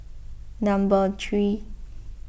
number three